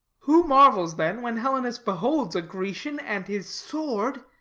who marvels, then, when helenus beholds a grecian and his sword,